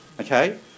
okay